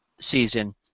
season